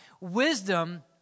Wisdom